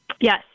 Yes